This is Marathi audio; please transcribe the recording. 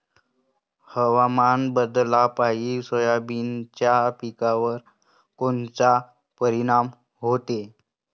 हवामान बदलापायी सोयाबीनच्या पिकावर कोनचा परिणाम होते?